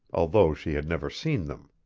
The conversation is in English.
although she had never seen them.